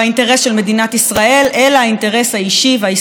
אלא האינטרס האישי וההישרדותי הפוליטי שלו.